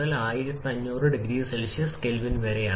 standard auto cycle diagram പരിശോധിക്കാം